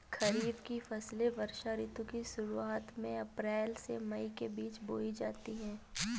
खरीफ की फसलें वर्षा ऋतु की शुरुआत में अप्रैल से मई के बीच बोई जाती हैं